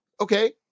Okay